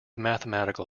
mathematical